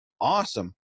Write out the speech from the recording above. awesome